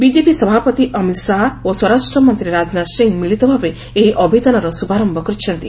BJP ସଭାପତି ଅମିତ୍ ଶାହା ଓ ସ୍ୱରାଷ୍ଟ୍ର ମନ୍ତ୍ରୀ ରାଜନାଥ ସିଂ ମିଳିତଭାବେ ଏହି ଅଭିଯାନର ଶୁଭାରମ୍ଭ କରିଛନ୍ତି